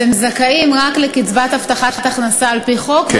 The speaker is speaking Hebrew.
זכאים רק לקצבת הבטחת הכנסה על-פי חוק?